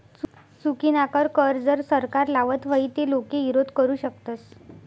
चुकीनाकर कर जर सरकार लावत व्हई ते लोके ईरोध करु शकतस